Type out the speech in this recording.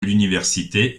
l’université